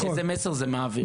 איזה מסר זה מעביר?